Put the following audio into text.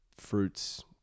fruits